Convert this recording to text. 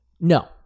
no